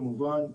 כמובן,